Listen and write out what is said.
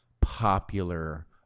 popular